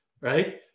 right